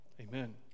Amen